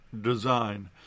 design